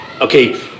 okay